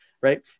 Right